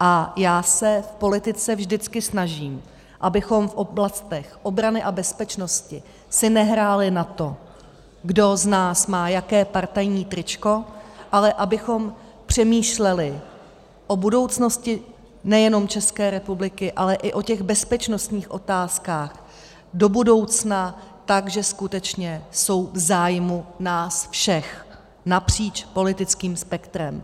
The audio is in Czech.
a já se v politice vždycky snažím, abychom v oblastech obrany a bezpečnosti si nehráli na to, kdo z nás má jaké partajní tričko, ale abychom přemýšleli o budoucnosti nejenom České republiky, ale i o těch bezpečnostních otázkách do budoucna tak, že jsou skutečně v zájmu nás všech napříč politickým spektrem.